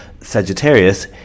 Sagittarius